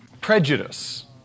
prejudice